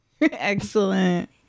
Excellent